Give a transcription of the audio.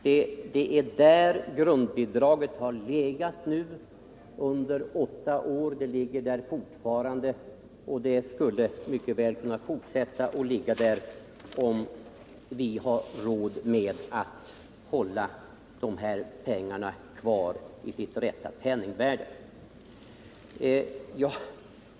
Det är där grundbidraget har legat under åtta år. Det ligger där fortfarande, och det skulle mycket väl kunna fortsätta att ligga där om vi har råd att hålla de här pengarna kvar i sitt rätta penningvärde.